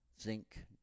zinc